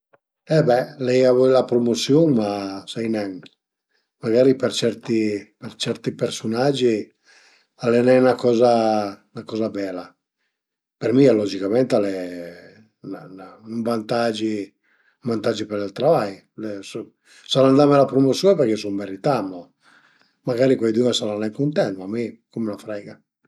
E be l'ai avü la prumusiun, ma sai nen, magari për certi për certi persunagi al e nen 'na coza 'na coza bela, për mi logicament al e ün vantagi ün vantagi për ël travai, s'al dame la prumusium al e perché sun meritamla, magari cuaidün a sarà nen cuntent, ma mi co m'ën frega